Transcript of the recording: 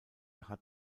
hat